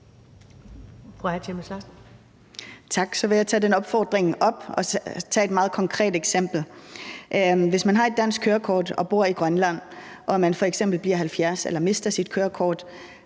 Tak. Så vil jeg tage den opfordring op og pege på et meget konkret eksempel. Hvis man har et dansk kørekort og bor i Grønland, så skal man, f.eks. når man fylder 70 år, eller hvis man mister sit kørekort,